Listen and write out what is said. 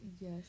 Yes